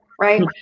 right